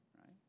right